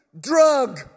drug